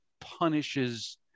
punishes